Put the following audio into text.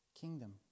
kingdom